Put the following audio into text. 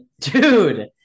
dude